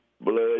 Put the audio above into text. blood